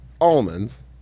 almonds